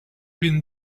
been